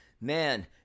man